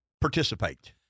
participate